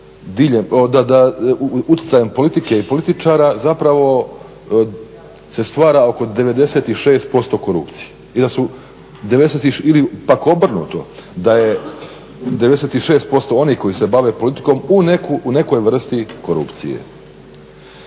da uticajem politike i političara zapravo se stvara oko 96% korupcije i da su 96 ili pak obrnuto da je 96% onih koji se bave politikom u nekoj vrsti korupcije.